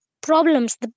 problems